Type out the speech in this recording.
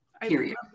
period